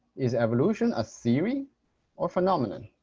is evolution a theory or phenomenon?